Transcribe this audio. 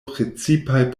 precipaj